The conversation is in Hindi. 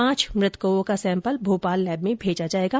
पांच मृत कौओं का सैंपल भोपाल लैब में भेजा जाएगा